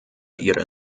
ihre